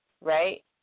right